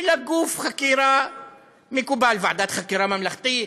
אלא גוף חקירה מקובל, ועדת חקירה ממלכתית,